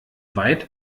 weit